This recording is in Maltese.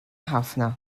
ħafna